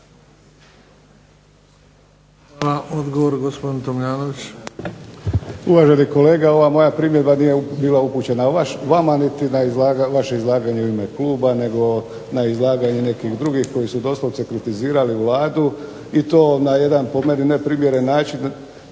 Hvala. Odgovor gospodin Tomljanović.